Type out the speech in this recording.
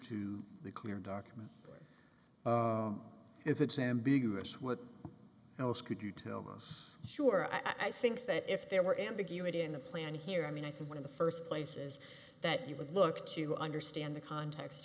the clear document if it's ambiguous what else could you tell me i'm sure i think that if there were ambiguity in the plan here i mean i think one of the first places that you would look to understand the context